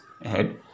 ahead